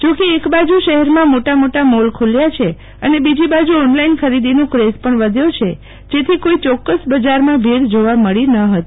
જો કે એક બાજુ શેરમાં મોટા મોટા મોલ ખુલ્યા છે અને બીજી બાજુ ઓનલાઈન ખરીદીનો ક્રેઝ પણ વધ્યો છે જેથી કોઈ ચોક્કસ બજારમાં ભીડ જોવા મળી ન હતી